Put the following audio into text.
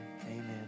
amen